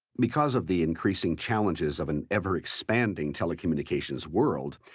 because of the increasing challenges of an ever expanding telecommunications world,